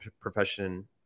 profession